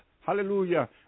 Hallelujah